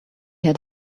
had